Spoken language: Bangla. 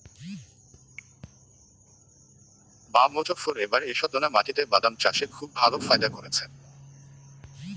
বাঃ মোজফ্ফর এবার ঈষৎলোনা মাটিতে বাদাম চাষে খুব ভালো ফায়দা করেছে